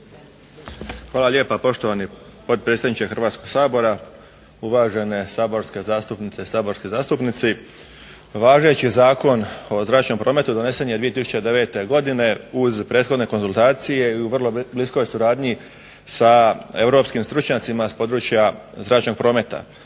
Hvala lijepa. Poštovani potpredsjedniče Hrvatskog sabora, uvažene saborske zastupnice i saborski zastupnici. Važeći Zakon o zračnom prometu donešen je 2009. godine uz prethodne konzultacije i u vrlo bliskoj suradnji sa europskim stručnjacima s područja zračnog prometa.